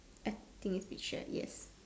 ugh taking a picture yes